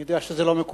אני יודע שזה לא מקובל,